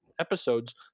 episodes